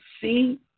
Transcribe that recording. see